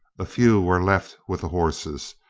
a few were left with the horses.